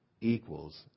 equals